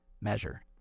measure